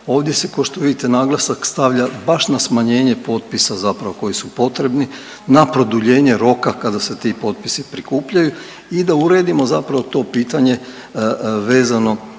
Ovdje se ko što vidite naglasak stavlja baš na smanjenje potpisa zapravo koji su potrebni na produljenje roka kada se ti potpisi prikupljaju i da uredimo zapravo to pitanje vezano